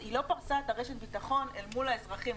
היא פרסה את רשת הביטחון אל מול האזרחים,